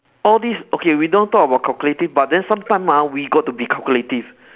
all these okay we don't talk about calculative but then sometimes ah we got to be calculative